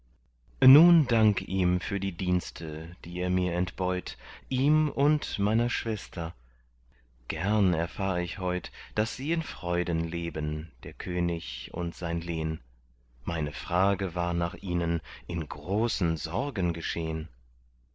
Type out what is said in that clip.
nun dank ihm für die dienste die er mir entbeut ihm und meiner schwester gern erfahr ich heut daß sie in freuden leben der könig und sein lehn meine frage war nach ihnen in großen sorgen geschehn